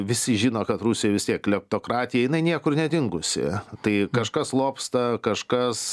visi žino kad rusijoj vis tiek kleptokratija jinai niekur nedingusi tai kažkas lobsta kažkas